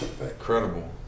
Incredible